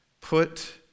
Put